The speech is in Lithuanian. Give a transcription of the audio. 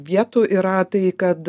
vietų yra tai kad